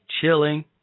chilling